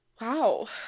wow